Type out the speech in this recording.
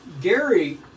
Gary